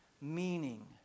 meaning